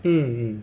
mm